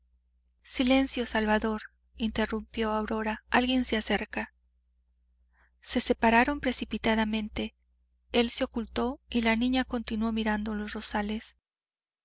silencio salvador interrumpió aurora alguien se acerca se separaron precipitadamente él se ocultó y la niña continuó mirando los rosales